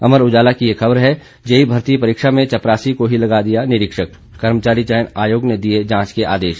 अमर उजाला की एक खबर है जेई भर्ती परीक्षा में चपरासी को ही लगा दिया निरीक्षक कर्मचारी चयन आयोग ने दिये जांच के आदेश